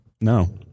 No